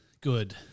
Good